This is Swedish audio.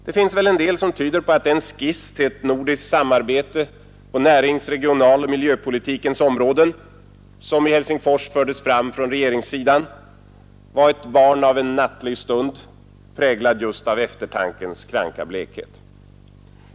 Det finns väl en del som tyder på att den skiss till ett nordiskt samarbete på närings-, regionaloch miljöpolitikens områden som i Helsingfors fördes fram från regeringssidan var ett barn av en nattlig stund, präglad just av eftertankens kranka blekhet.